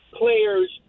players